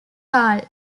carl